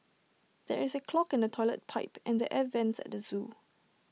there is A clog in the Toilet Pipe and the air Vents at the Zoo